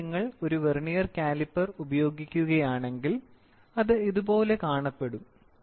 ഇവിടെ നിങ്ങൾ ഒരു വെർനിയർ കാലിപ്പർ ഉപയോഗിക്കുകയാണെങ്കിൽ ഇത് ഇതുപോലെ കാണപ്പെടും